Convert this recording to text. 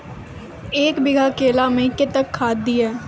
एक बीघा केला मैं कत्तेक खाद दिये?